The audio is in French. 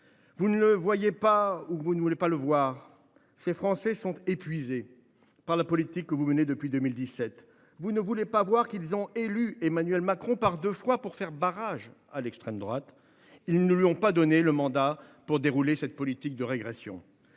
Vous ne le voyez pas, ou vous ne voulez pas le voir : ces Français sont épuisés par la politique que vous menez depuis 2017. Vous ne voulez pas voir qu’ils ont élu Emmanuel Macron, par deux fois, pour faire barrage à l’extrême droite. Comme Chirac ! Ils ne lui ont pas donné mandat pour dérouler une telle politique de régression.